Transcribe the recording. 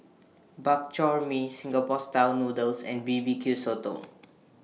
Bak Chor Mee Singapore Style Noodles and B B Q Sotong